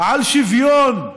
על שוויון.